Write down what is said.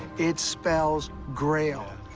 it spells grail.